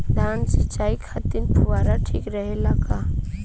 धान सिंचाई खातिर फुहारा ठीक रहे ला का?